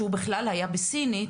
שהוא בכלל היה בסינית,